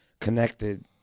connected